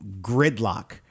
gridlock